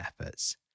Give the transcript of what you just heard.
efforts